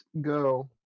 go